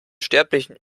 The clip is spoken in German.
sterblichen